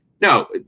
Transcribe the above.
No